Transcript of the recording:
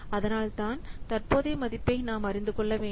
அதனால்தான் தற்போதைய மதிப்பை நாம் அறிந்து கொள்ள வேண்டும்